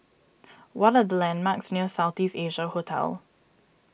what are the landmarks near South East Asia Hotel